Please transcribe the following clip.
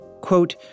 Quote